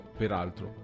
peraltro